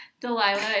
Delilah